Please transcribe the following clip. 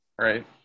right